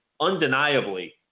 undeniably